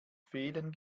fehlen